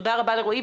תודה רבה לרועי.